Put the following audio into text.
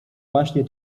właśnie